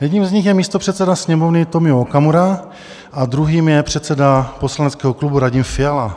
Jedním z nich je místopředseda Sněmovny Tomio Okamura a druhým je předseda poslaneckého klubu Radim Fiala.